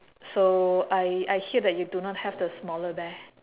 so I I hear that you do not have the smaller bear